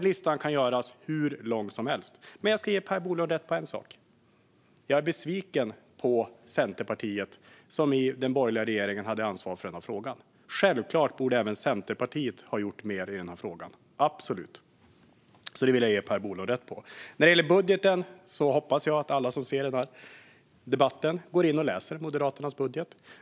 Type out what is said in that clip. Listan kan göras hur lång som helst. Men jag ska ge Per Bolund rätt i en sak. Jag är besviken på Centerpartiet, som i den borgerliga regeringen hade ansvar för frågan. Självklart borde även Centerpartiet ha gjort mer i frågan - absolut. Där vill jag ge Per Bolund rätt. Jag hoppas att alla som ser på debatten läser Moderaternas budget.